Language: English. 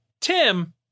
Tim